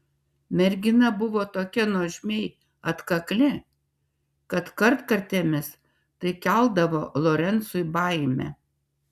mergina buvo tokia nuožmiai atkakli kad kartkartėmis tai keldavo lorencui baimę